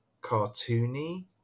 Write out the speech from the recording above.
cartoony